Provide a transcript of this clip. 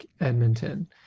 Edmonton